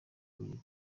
bubiligi